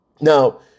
Now